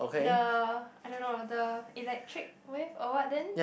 the I don't know the electric wave or what then